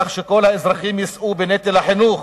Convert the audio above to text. כך שכל האזרחים יישאו בנטל החינוך,